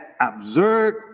absurd